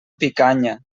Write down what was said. picanya